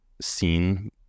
seen